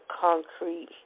concrete